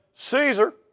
Caesar